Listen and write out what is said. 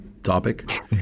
topic